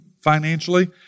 financially